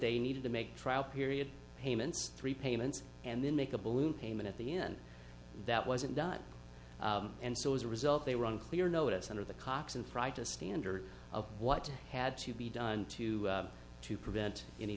they needed to make trial period payments three payments and then make a balloon payment at the end that wasn't done and so as a result they were unclear notice under the cox and practice standard of what had to be done to to prevent any